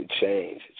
change